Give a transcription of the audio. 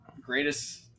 greatest